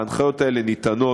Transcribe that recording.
ההנחיות האלה ניתנות.